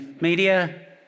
media